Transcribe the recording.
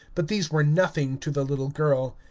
but these were nothing to the little girl.